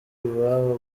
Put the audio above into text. iwabo